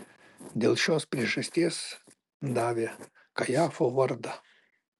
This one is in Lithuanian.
dėl šios priežasties davė kajafo vardą